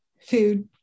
food